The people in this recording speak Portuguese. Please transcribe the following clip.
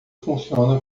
funciona